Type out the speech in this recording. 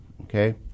Okay